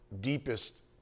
deepest